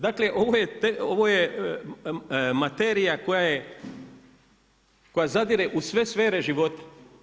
Dakle ovo je materija koja zadire u sve sfere života.